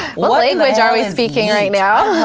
what what language are we speaking right now?